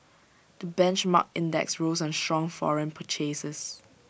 the benchmark index rose on strong foreign purchases